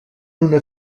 una